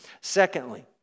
Secondly